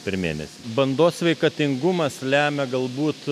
per mėnesį bandos sveikatingumas lemia galbūt